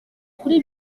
kuri